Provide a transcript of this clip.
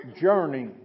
journey